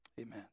Amen